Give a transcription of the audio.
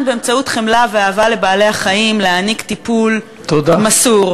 באמצעות חמלה ואהבה לבעלי-החיים להעניק טיפול מסור.